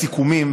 הסיכומים,